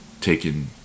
taken